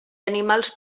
animals